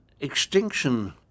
extinction